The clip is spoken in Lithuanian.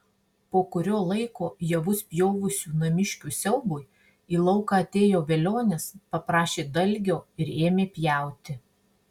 po kurio laiko javus pjovusių namiškių siaubui į lauką atėjo velionis paprašė dalgio ir ėmė pjauti